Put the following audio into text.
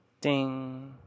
ding